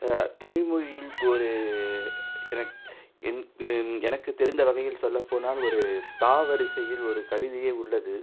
தமிழ்மொழியில் ஒரு எனக் என் எனக்கு தெரிந்த வகையில் சொல்லப்போனால் ஒரு தா வரிசையில் ஒரு கவிதையே உள்ளது